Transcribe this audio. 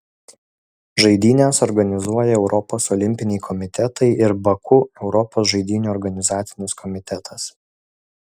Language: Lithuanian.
žaidynes organizuoja europos olimpiniai komitetai ir baku europos žaidynių organizacinis komitetas